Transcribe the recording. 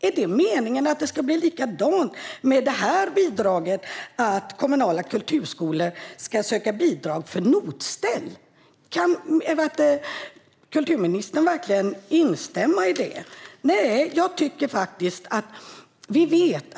Är det meningen att det ska bli likadant med det här bidraget - att kommunala kulturskolor ska söka bidrag för notställ? Kan kulturministern instämma i det?